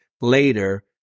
later